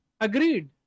Agreed